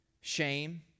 shame